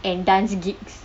and dance gigs